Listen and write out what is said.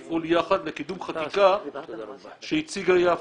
לפעול יחד לקידום חקיקה שהציגה יפה.